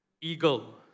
eagle